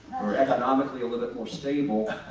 we're economically a little bit more stable.